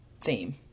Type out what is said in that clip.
theme